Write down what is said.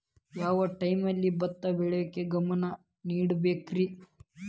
ಯಾವ್ ಟೈಮಲ್ಲಿ ಭತ್ತ ಬೆಳಿಯಾಕ ಗಮನ ನೇಡಬೇಕ್ರೇ?